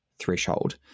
threshold